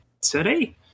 today